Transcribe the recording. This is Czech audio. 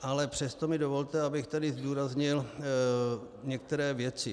Ale přesto mi dovolte, abych tady zdůraznil některé věci.